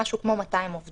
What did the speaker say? והיא משהו כמו 200 עובדים,